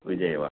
Vijayawada